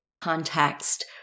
context